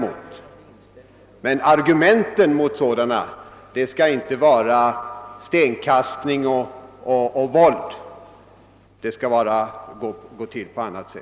Ar gumentationen skall inte utgöras av stenkastning och våld, utan den skall gå till på annat vis.